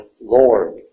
Lord